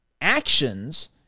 actions